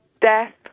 death